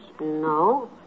No